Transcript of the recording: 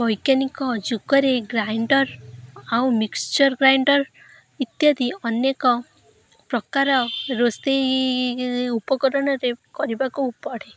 ବୈଜ୍ଞାନିକ ଯୁଗରେ ଗ୍ରାଇଣ୍ଡର୍ ଆଉ ମିକ୍ସଚର୍ ଗ୍ରାଇଣ୍ଡର୍ ଇତ୍ୟାଦି ଅନେକ ପ୍ରକାର ରୋଷେଇ ଉପକରଣରେ କରିବାକୁ ପଡ଼େ